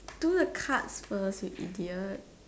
do the cards first you idiot